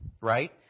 right